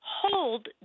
hold